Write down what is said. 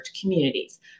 communities